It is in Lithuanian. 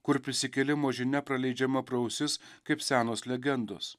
kur prisikėlimo žinia praleidžiama pro ausis kaip senos legendos